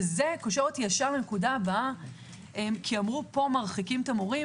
וזה קושר אותי לנקודה הבאה כי אמרו שמרחיקים את המורים